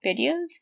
videos